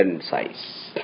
size